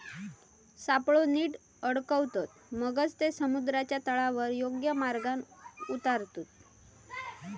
सापळो नीट अडकवतत, मगच ते समुद्राच्या तळावर योग्य मार्गान उतारतत